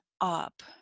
up